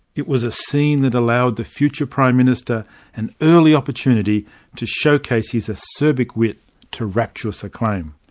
it was a scene that allowed the future prime minister an early opportunity to showcase his acerbic wit to rapturous acclaim.